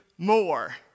More